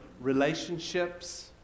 relationships